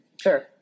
Sure